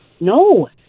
No